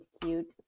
Cute